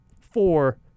Four